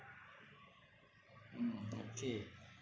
mm okay